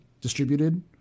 distributed